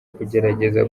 kugerageza